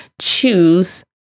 choose